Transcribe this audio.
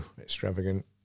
extravagant